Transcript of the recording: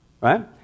Right